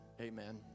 amen